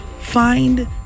find